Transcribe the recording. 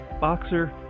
Boxer